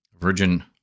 Virgin